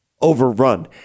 overrun